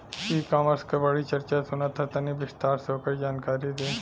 ई कॉमर्स क बड़ी चर्चा सुनात ह तनि विस्तार से ओकर जानकारी दी?